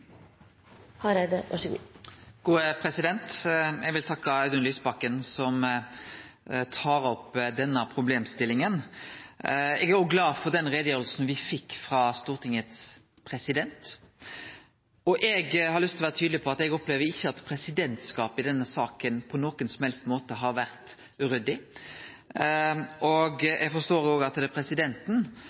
glad for den utgreiinga me fekk frå Stortingets president. Eg har lyst til å vere tydeleg på at eg ikkje opplever at presidentskapet i denne saka på nokon som helst måte har vore uryddig. Eg forstår òg at det er presidenten